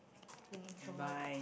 thinking introvert